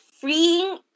freeing